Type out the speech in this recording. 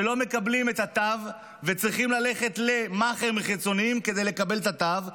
שלא מקבלים את התו וצריכים ללכת למאכערים חיצוניים כדי לקבל את התו,